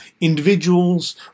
individuals